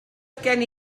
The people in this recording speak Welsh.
gen